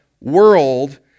world